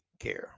care